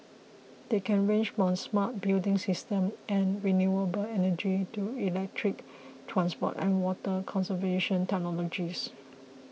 they can range from smart building systems and renewable energy to electric transport and water conservation technologies